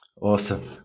awesome